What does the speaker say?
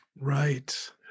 Right